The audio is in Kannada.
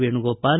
ವೇಣುಗೋಪಾಲ್